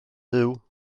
fyw